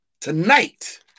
tonight